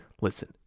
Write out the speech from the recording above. listen